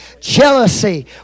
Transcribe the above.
jealousy